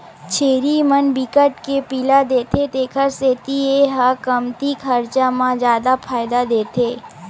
छेरी मन बिकट के पिला देथे तेखर सेती ए ह कमती खरचा म जादा फायदा देथे